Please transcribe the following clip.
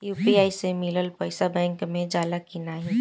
UPI से मिलल पईसा बैंक मे जाला की नाहीं?